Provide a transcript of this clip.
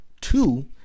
Two